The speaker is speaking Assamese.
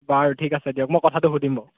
বাৰু ঠিক আছে দিয়ক মই কথাটো সুধিম বাৰু